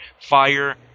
Fire